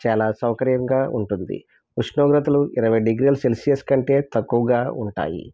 చాలా సౌకర్యంగా ఉంటుంది ఉష్ణోగ్రతలు ఇరవై డిగ్రీల సెల్సియస్ కంటే తక్కువగా ఉంటాయి